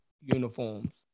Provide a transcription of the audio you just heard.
uniforms